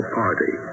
party